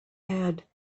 add